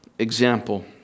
Example